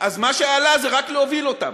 אז מה שעלה היה רק להוביל אותם.